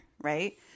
right